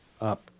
up